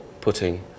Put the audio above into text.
putting